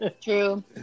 True